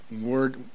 word